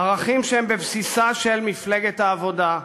ערכים שהם בבסיסה של מפלגת העבודה,